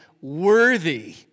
worthy